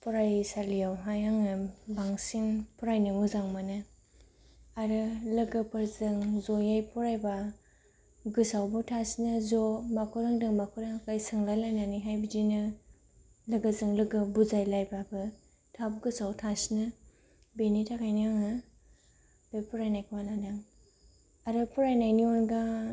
फरायसालियावहाय आङो बांसिन फरायनो मोजां मोनो आरो लोगोफोरजों ज'यै फरायब्ला गोसोआवबो थासिनो ज' माखौ रोंदों माखौ रोङाखै सोंलायलायनानैहाय बिदिनो लोगोजों लोगो बुजायलायब्लाबो थाब गोसोआव थासिनो बेनि थाखायनो आङो बे फरायनायखौ लादों आरो फरायनायनि अनगा